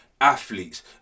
athletes